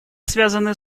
связаны